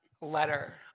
letter